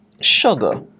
sugar